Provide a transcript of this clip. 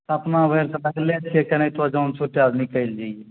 अपना भरि तऽ छियै केनहितो जाम छूटै आओर निकलि जैऐ